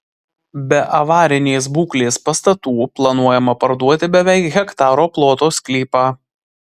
be avarinės būklės pastatų planuojama parduoti beveik hektaro ploto sklypą